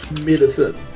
medicine